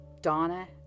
Donna